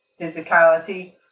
physicality